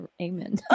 amen